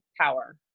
power